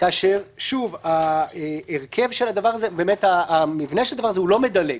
כאשר המבנה של הדבר הזה לא מדלג.